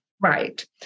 Right